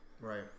Right